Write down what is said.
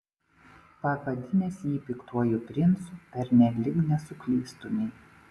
pavadinęs jį piktuoju princu pernelyg nesuklystumei